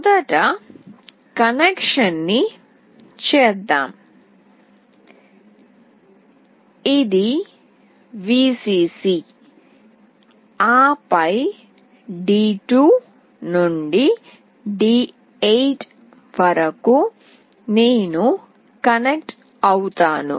మొదట కనెక్షన్ని చేద్దాం ఇది Vcc ఆపై d2 నుండి d8 వరకు నేను కనెక్ట్ అవుతాను